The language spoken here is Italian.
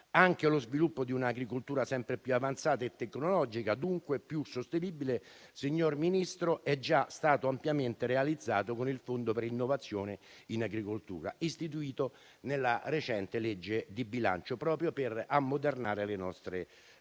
Anche lo sviluppo di un'agricoltura sempre più avanzata e tecnologica, dunque più sostenibile, signor Ministro, è già stato ampiamente realizzato con il Fondo per l'innovazione in agricoltura, istituito nella recente legge di bilancio proprio per ammodernare le nostre produzioni.